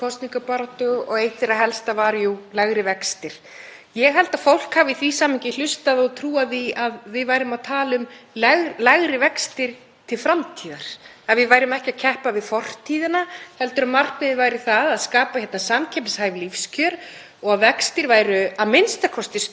til framtíðar, að við værum ekki að keppa við fortíðina heldur að markmiðið væri að skapa hér samkeppnishæf lífskjör og að vextir væru a.m.k. stöðugir, að þeir væru ekki að fara að snarhækka og að sigurmantran fælist ekki í því hvernig hlutir voru fyrir áratugum síðan.